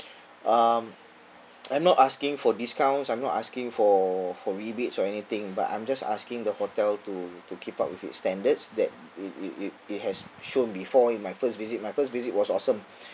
um I'm not asking for discounts I'm not asking for for rebates or anything but I'm just asking the hotel to to keep up with its standards that it it it has shown before in my first visit my first visit was awesome